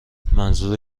منظور